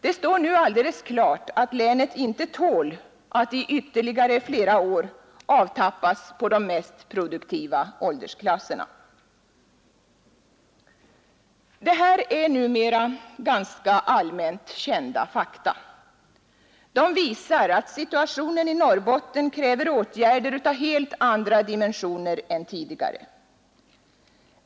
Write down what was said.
Det står nu alldeles klart att länet inte tål att i ytterligare flera år avtappas på de mest produktiva åldersklasserna. Detta är numera ganska allmänt kända fakta. De visar att situationen i Norrbotten kräver åtgärder av helt andra dimensioner än tidigare.